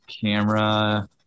camera